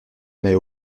mais